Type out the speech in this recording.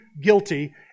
guilty